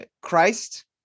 Christ